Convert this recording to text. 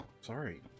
Sorry